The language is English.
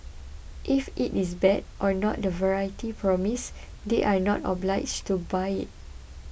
if it is bad or not the variety promised they are not obliged to buy it